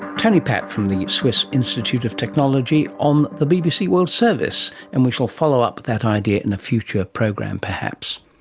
tony patt from the swiss institute of technology on the bbc world service. and we shall follow up that idea in a future program perhaps.